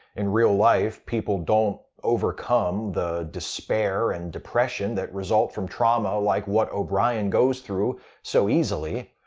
in real life, people don't overcome the despair and depression that result from trauma like what o'brien goes through so easily.